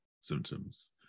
symptoms